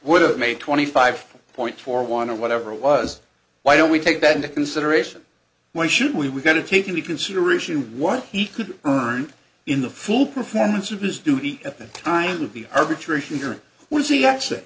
would have made twenty five point four one of whatever it was why don't we take that into consideration when should we were going to take into consideration what he could earn in the full performance of his duty at the time of the arbitration hearing which he actually